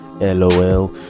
LOL